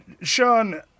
Sean